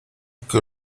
que